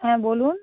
হ্যাঁ বলুন